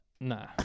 Nah